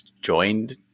joined